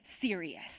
serious